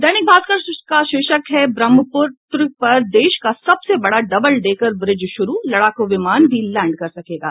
दैनिक भास्कर का शीर्षक है ब्रह्यपुत्र पर देश का सबसे बड़ा डबल डेकर ब्रिज शुरू लड़ाकू विमान भी लैंड कर सकेंगे